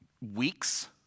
weeks